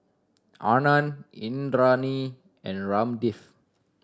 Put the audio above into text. Anand Indranee and Ramdev